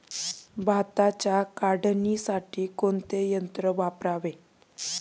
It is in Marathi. भाताच्या काढणीसाठी कोणते यंत्र वापरावे?